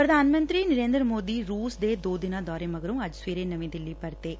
ਪ੍ਰਧਾਨ ਮੰਤਰੀ ਨਰੇਂਦਰ ਮੋਦੀ ਨੇ ਰੁਸ ਦੇ ਦੋ ਦਿਨਾਂ ਦੌਰੇ ਮਗਰੋਂ ਅੱਜ ਸਵੇਰੇ ਨਵੀਂ ਦਿੱਲੀ ਪਰਤੇ ਨੇ